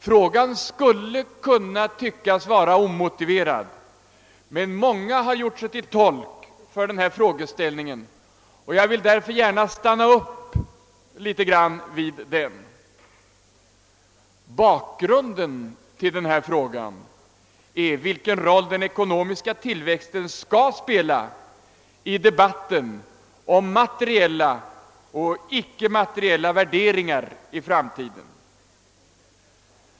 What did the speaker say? Frågan skulle kunna tyckas vara omotiverad, men många har gjort sig till tolk för frågeställningen, och jag vill därför gärna stanna upp inför den. I bakgrunden ligger frågan, vilken roll den ekonomiska tillväxten skall spela i debatten om materiella och icke materiella värderingar i framtiden.